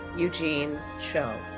eugene cho.